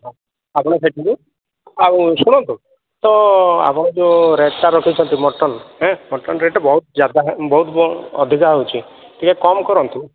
ହଉ ଆପଣ ଦେଖନ୍ତୁ ଆଉ ଶୁଣନ୍ତୁ ତ ଆପଣ ଯେଉଁ ରେଟ୍ଟା ରଖିଛନ୍ତି ମଟନ୍ ହେଁ ମଟନ୍ ରେଟ୍ ବହୁତ ଯ୍ୟାଦା ବହୁତ ଅଧିକ ହେଉଛି ଟିକିଏ କମ୍ କରନ୍ତୁ